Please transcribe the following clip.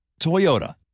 Toyota